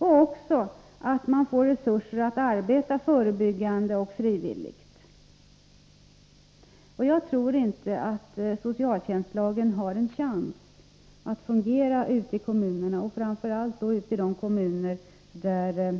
Socialtjänstlagen har som det nu är inte en chans att fungera ute i kommunerna, framför allt inte i de kommuner där